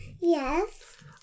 Yes